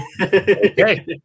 Okay